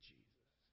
Jesus